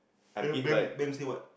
then bank bank say what